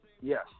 Yes